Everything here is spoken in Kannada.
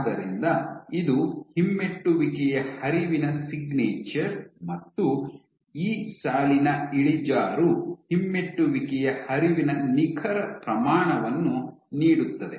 ಆದ್ದರಿಂದ ಇದು ಹಿಮ್ಮೆಟ್ಟುವಿಕೆಯ ಹರಿವಿನ ಸಿಗ್ನೇಚರ್ ಮತ್ತು ಈ ಸಾಲಿನ ಇಳಿಜಾರು ಹಿಮ್ಮೆಟ್ಟುವಿಕೆಯ ಹರಿವಿನ ನಿಖರ ಪ್ರಮಾಣವನ್ನು ನೀಡುತ್ತದೆ